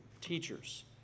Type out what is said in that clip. Teachers